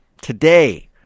Today